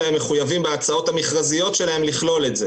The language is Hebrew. אלא הם מחויבים בהצעות המכרזיות שלהם לכלול את זה.